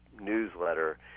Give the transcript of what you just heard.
newsletter